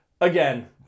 again